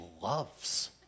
loves